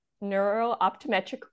Neuro-Optometric